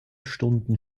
stunden